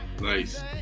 Nice